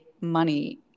money